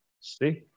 see